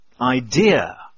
idea